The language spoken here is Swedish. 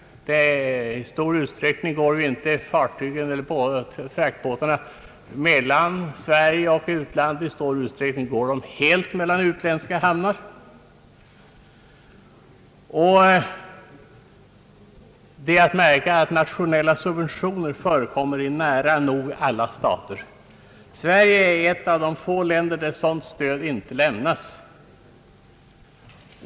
I stor utsträckning går fraktbåtarna inte mellan Sverige och utlandet utan helt mellan utländska hamnar. Det är att märka att nationella subventioner förekommer i nära nog alla stater. Sverige är ett av de få länder där sådant stöd inte lämnas.